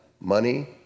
money